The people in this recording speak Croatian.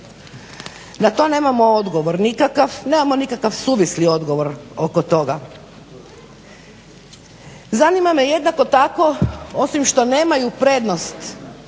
na to nemamo odgovor nikakav, nemamo nikakav suvisli odgovor oko toga. Zanima me jednako tako osim što nemaju prednost